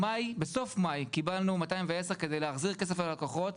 בסוף מאי קיבלנו 210 כדי להחזיר כסף ללקוחות,